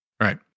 right